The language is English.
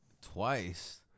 Twice